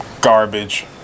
Garbage